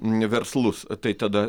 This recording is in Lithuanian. neverslus tai tada